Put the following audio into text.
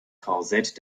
korsett